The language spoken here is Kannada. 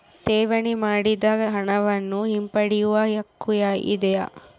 ಠೇವಣಿ ಮಾಡಿದ ಹಣವನ್ನು ಹಿಂಪಡೆಯವ ಹಕ್ಕು ಇದೆಯಾ?